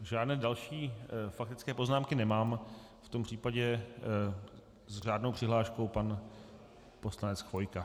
Žádné další faktické poznámky nemám, v tom případě s řádnou přihláškou pan poslanec Chvojka.